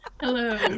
Hello